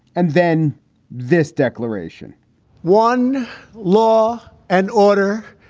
and then this declaration one law and order.